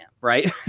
right